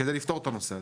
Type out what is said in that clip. כדי לפתור את הנושא הזה.